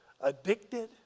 addicted